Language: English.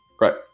Right